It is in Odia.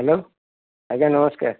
ହ୍ୟାଲୋ ଆଜ୍ଞା ନମସ୍କାର